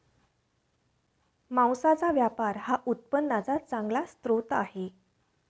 मांसाचा व्यापार हा उत्पन्नाचा चांगला स्रोत आहे